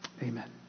Amen